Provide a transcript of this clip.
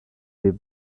deep